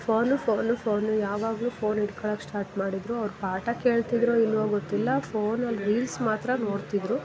phone phone phone ಯಾವಾಗಲೂ phone ಇಟ್ಕಳಕ್ಕೆ start ಮಾಡಿದರು ಅವ್ರು ಪಾಠ ಕೇಳ್ತಿದ್ದರೋ ಇಲ್ಲವೋ ಗೊತ್ತಿಲ್ಲ ಫೋನಲ್ಲಿ ರೀಲ್ಸ್ ಮಾತ್ರ ನೋಡ್ತಿದ್ದರು